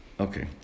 Okay